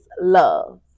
love